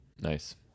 Nice